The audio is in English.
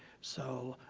so